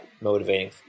motivating